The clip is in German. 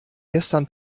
gestern